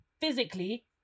physically